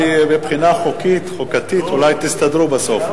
מבחינה חוקית חוקתית אולי תסתדרו בסוף.